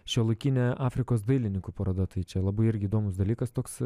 šiuolaikinė afrikos dailininkų paroda tai čia labai irgi įdomus dalykas toks